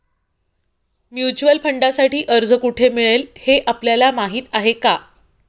Mutual फंडांसाठी अर्ज कोठे मिळेल हे आपल्याला माहीत आहे का?